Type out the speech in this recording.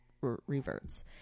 reverts